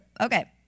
Okay